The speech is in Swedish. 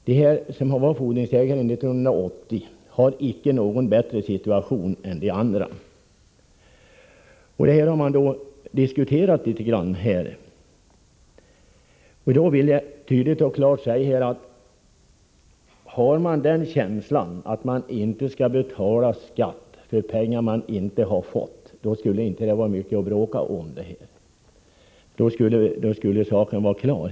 De som var fordringsägare 1980 har icke någon bättre situation än de andra. Detta har nu diskuterats litet grand. Jag vill tydligt och klart framhålla att har man den uppfattningen att en person inte skall betala skatt på pengar som han inte har fått, vore inte detta mycket att bråka om. Då skulle saken vara klar.